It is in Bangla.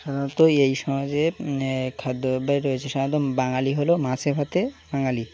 সাধারণত এই সমাজে খাদ্য অনেক রয়েছে সাধারণত বাঙালি হলো মাছে ভাতে বাঙালি